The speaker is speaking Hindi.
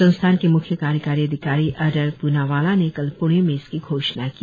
संस्थान के म्ख्य कार्यकारी अधिकारी अडर प्नावाला ने कल प्णे में इसकी घोषणा की